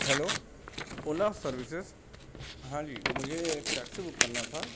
hello Ola services ہاں جی مجھے ایک ٹیکسی بک کرنا تھا